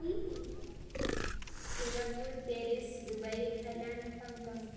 Singapore Paris Dubai Thailand Hong Kong